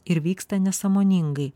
ir vyksta nesąmoningai